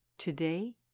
Today